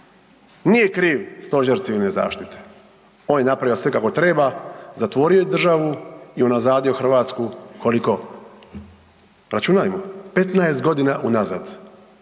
Nije kriv Stožer civilne zaštite, on je napravio sve kako treba, zatvorio je državu i unazadio Hrvatsku. Koliko? Računajmo, 15 godina unazad